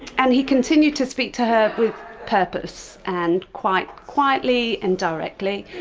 and he continued to speak to her with purpose, and quite quietly and directly.